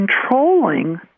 controlling